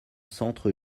centres